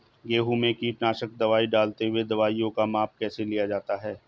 गेहूँ में कीटनाशक दवाई डालते हुऐ दवाईयों का माप कैसे लिया जाता है?